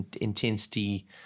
intensity